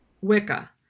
Wicca